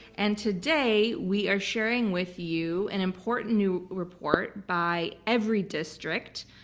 and today we are sharing with you an important new report by everydistrict,